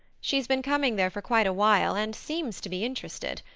she's been coming there for quite a while, and seems to be interested.